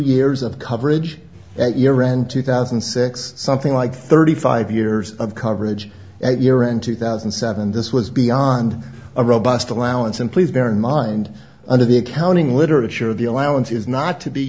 years of coverage at year end two thousand and six something like thirty five years of coverage at year end two thousand and seven this was beyond a robust allowance and please bear in mind under the accounting literature of the allowance is not to be